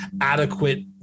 adequate